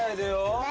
do